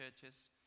churches